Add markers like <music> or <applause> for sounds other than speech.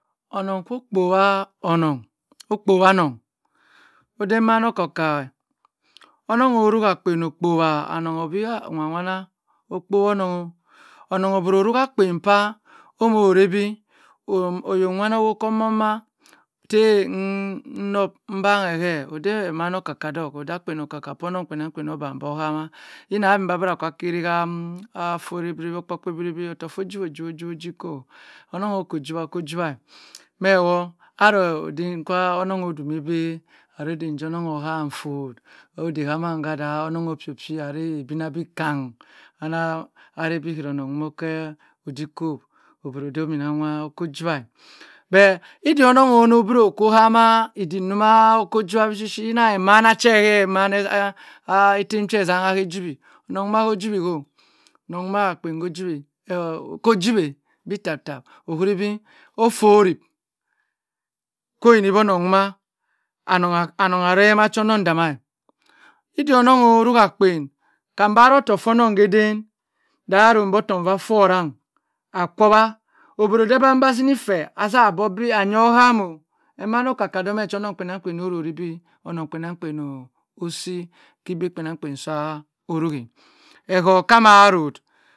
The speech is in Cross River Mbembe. Onong ko kpo wa onong, ko kpo wa anong odan emana oka ka eh onong oruwa akpien okpo wa anong bi ah onong nwamana, okpowonong oh onong obiraruwa kpien cha omoh ray bi oyo woma owo omoma tee nknope nbanghe gh oday omana oka ka wo ko kan wa kpien onong kpienangkpien obang bo hama yina amembi ceri <hesitation> ottoh ko jiwo jib ko onong ko dumi bi aray dh so nong oha fol oday haman gh onong oh peh peh aray abingha bi kang anah ray bi onong owokeh odikop obro dey ominananwa oko jiwa bh iddio onong onoh ko hama idik maa oko jiwa bishi shi idah emana che hee <hesitation> etem che kersaagha kojiwi onong ma ho jiwi ho anong duma akpien ho jiwi, hee ko jiwe bi tap tap ohuri bi oforip kwoyinbi onong duma anong aa reh maaha onong dama e idiok anong oruw kpien kamba ray ottoh fornong kuden dh roung bo ottoh fh rang a kwowa ohw dey amba zini seh aza bo bi anio ham-o emana oka ka domeh kwonong kpienangkpien oron bi onong kpienangkpien oh osi kibe kpienangkpien so rueh ehot camah noth